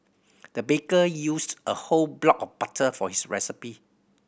the baker used a whole block of butter for his recipe